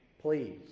Please